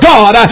God